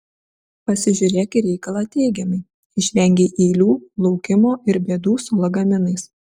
pasižiūrėk į reikalą teigiamai išvengei eilių laukimo ir bėdų su lagaminais